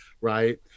right